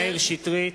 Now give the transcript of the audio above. מאיר שטרית,